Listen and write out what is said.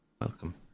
Welcome